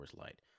Light